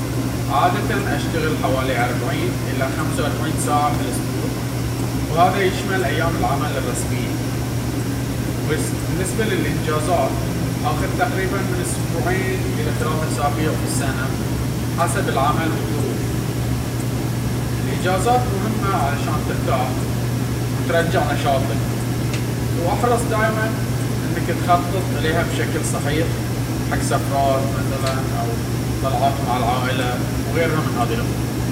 عادةً أشتغل حوالي أربعين إلى خمسة وأربعين ساعة في الأسبوع، وهذا يشمل أيام العمل الرسمية. بالنسبة للإجازات، آخد تقريبًا من أسبوعين إلى ثلاثة أسابيع في السنة، حسب العمل والظروف. الإجازات مهمة عشان نرتاح ونرجع نشاطنا، وأحرص دايمًا أخطط لها.